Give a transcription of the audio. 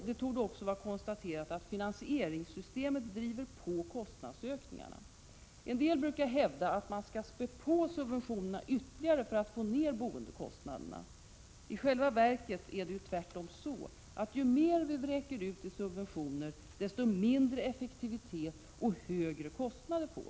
Det torde också vara konstaterat att finansieringssystemet driver på kostnadsökningarna. En del brukar hävda att man skall spä på subventionerna ytterligare för att få ner boendekostnaderna. I själva verket är det tvärtom så, att ju mer vi vräker ut i subventioner, desto mindre effektivitet och desto högre kostnader får vi.